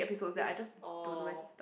is oh